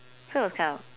so it was kind of